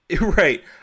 right